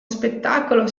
spettacolo